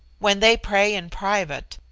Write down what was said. when they pray in private,